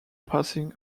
passing